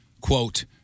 Quote